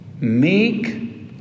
meek